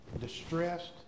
distressed